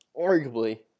arguably